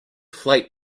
flight